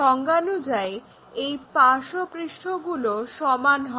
সংজ্ঞানুযায়ী এই পার্শ্বপৃষ্ঠগুলো সমান হয়